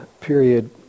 period